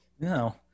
no